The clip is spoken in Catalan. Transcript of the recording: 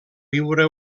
viure